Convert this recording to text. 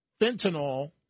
fentanyl